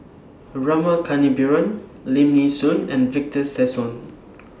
Rama Kannabiran Lim Nee Soon and Victor Sassoon